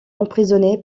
emprisonné